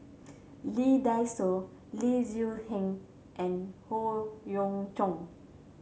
Lee Dai Soh Lee Tzu Pheng and Howe Yoon Chong